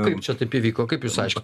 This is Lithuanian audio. kaip čia taip įvyko kaip jūs aiškinat